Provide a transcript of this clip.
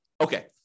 Okay